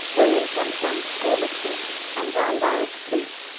william shenstone's schoolmistress, and john dyer's fleece,